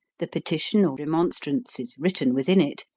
the petition or remonstrance is written within it,